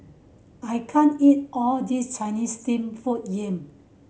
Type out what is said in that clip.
I can't eat all this Chinese steamed food yam